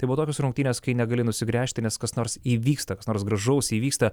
tai buvo tokios rungtynės kai negali nusigręžti nes kas nors įvyksta kas nors gražaus įvyksta